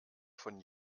von